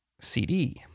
CD